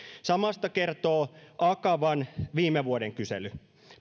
samasta kertoo akavan viime vuoden kysely